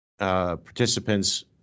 Participants